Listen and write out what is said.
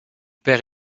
père